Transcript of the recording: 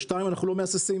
שנית, אנחנו לא מהססים